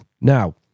Now